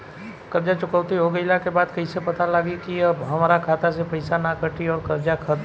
कर्जा चुकौती हो गइला के बाद कइसे पता लागी की अब हमरा खाता से पईसा ना कटी और कर्जा खत्म?